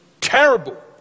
Terrible